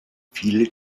viele